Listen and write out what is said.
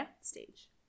stage